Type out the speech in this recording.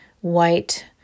white